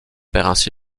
ainsi